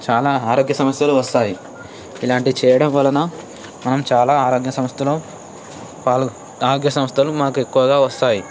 చాలా ఆరోగ్య సమస్యలు వస్తాయి ఇలాంటివి చేయడం వలన మనం చాలా ఆరోగ్య సమస్యలు మాకు ఆరోగ్య సమస్యలు మాకు ఎక్కువగా వస్తాయి